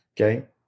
Okay